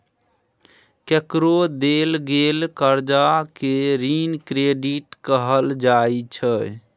केकरो देल गेल करजा केँ ऋण क्रेडिट कहल जाइ छै